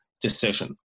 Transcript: decision